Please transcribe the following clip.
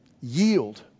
Yield